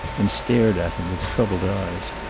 and stared at him with troubled eyes.